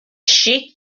sheikh